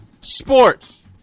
Sports